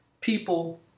People